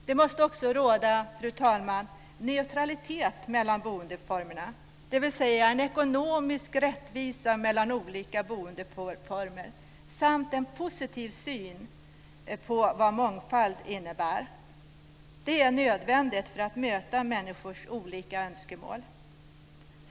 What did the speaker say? Det måste också råda neutralitet mellan boendeformerna, dvs. en ekonomisk rättvisa mellan olika boendeformer samt en positiv syn på vad mångfald innebär. Det är nödvändigt för att möta människors olika önskemål.